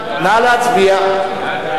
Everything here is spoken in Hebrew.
עברה בקריאה טרומית ותועבר לוועדת העבודה,